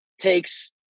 takes